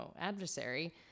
adversary